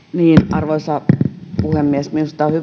arvoisa puhemies minusta on